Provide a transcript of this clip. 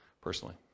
personally